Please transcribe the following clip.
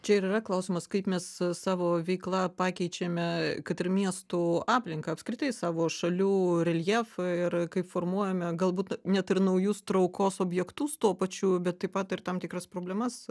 čia ir yra klausimas kaip mes savo veikla pakeičiame kad ir miestų aplinką apskritai savo šalių reljefą ir kaip formuojame galbūt net ir naujus traukos objektus tuo pačiu bet taip pat ir tam tikras problemas